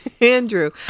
Andrew